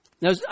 Now